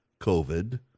COVID